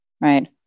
right